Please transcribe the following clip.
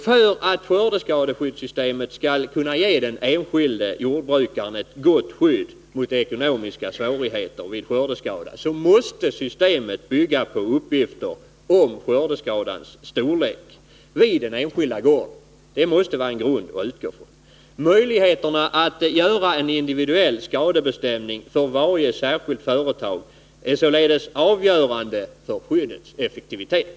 För att skördeskadeskyddssystemet skall kunna ge den enskilde jordbrukaren ett gott skydd mot ekonomiska svårigheter vid skördeskada måste systemet bygga på uppgifter om skördeskadans storlek vid den enskilda gården. Det måste vara grunden att utgå ifrån. Möjligheterna att göra individuella skadebestämningar för varje särskilt företag är således avgörande för skyddets effektivitet.